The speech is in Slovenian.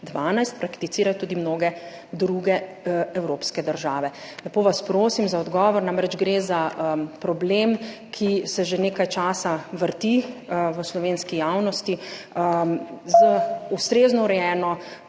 2012 prakticirajo tudi mnoge druge evropske države? Lepo vas prosim za odgovor, namreč gre za problem, ki se že nekaj časa vrti v slovenski javnosti. Z ustrezno urejeno